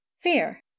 Fear